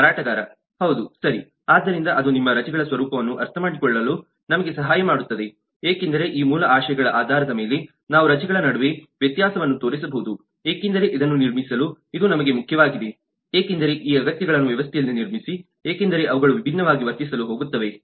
ಮಾರಾಟಗಾರ ಹೌದು ಸರಿ ಆದ್ದರಿಂದ ಅದು ನಿಮ್ಮ ರಜೆಗಳ ಸ್ವರೂಪವನ್ನು ಅರ್ಥಮಾಡಿಕೊಳ್ಳಲು ನಮಗೆ ಸಹಾಯ ಮಾಡುತ್ತದೆ ಏಕೆಂದರೆ ಈ ಮೂಲ ಆಶಯಗಳ ಆಧಾರದ ಮೇಲೆ ನಾವು ರಜೆ ಗಳ ನಡುವೆ ವ್ಯತ್ಯಾಸವನ್ನು ತೋರಿಸಬಹುದು ಏಕೆಂದರೆ ಇದನ್ನು ನಿರ್ಮಿಸಲು ಇದು ನಮಗೆ ಮುಖ್ಯವಾಗಿದೆ ಏಕೆಂದರೆ ಈ ಅಗತ್ಯಗಳನ್ನು ವ್ಯವಸ್ಥೆಯಲ್ಲಿ ನಿರ್ಮಿಸಿ ಏಕೆಂದರೆ ಅವುಗಳು ವಿಭಿನ್ನವಾಗಿ ವರ್ತಿಸಲು ಹೋಗುತ್ತದೆ